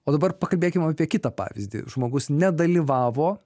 o dabar pakalbėkim apie kitą pavyzdį žmogus nedalyvavo